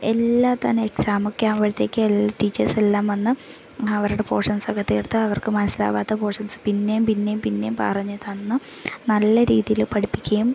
എല്ലാ തവണ എക്സാമൊക്കെ ആകുമ്പോഴത്തേക്ക് എൽ ടീച്ചേഴ്സെല്ലാം വന്ന് അവരുടെ പോഷൻസൊക്കെ തീർത്ത് അവർക്ക് മനസ്സിലാകാത്ത പോഷൻസ് പിന്നെയും പിന്നെയും പിന്നെയും പറഞ്ഞു തന്നും നല്ല രീതിയിൽ പഠിപ്പിക്കുകയും